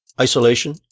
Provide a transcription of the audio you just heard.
Isolation